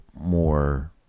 more